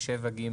7(ג),